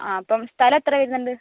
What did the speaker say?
ആ അപ്പം സ്ഥലം എത്ര വരുന്നുണ്ട്